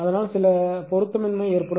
அதனால் சில பொருத்தமின்மை ஏற்படும்